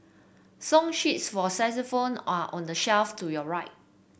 song sheets for xylophones are on the shelf to your right